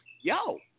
yo